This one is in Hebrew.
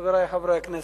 חברי חברי הכנסת,